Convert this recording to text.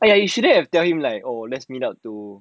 !aiya! you shouldn't have tell him like oh let's meet up to